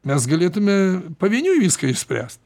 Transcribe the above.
mes galėtume pavieniui viską išspręst